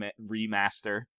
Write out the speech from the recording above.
Remaster